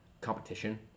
competition